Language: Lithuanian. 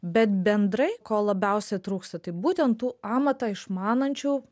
bet bendrai ko labiausiai trūksta tai būtent tų amatą išmanančių